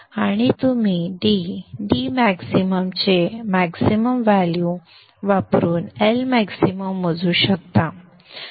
आणि तुम्ही d d max चे मॅक्सिमम व्हॅल्यु व्हॅल्यु वापरून L मॅक्सिमम मोजू शकता